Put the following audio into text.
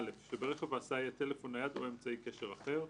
שברכב ההסעה יהיה טלפון נייד או אמצעי קשר אחר,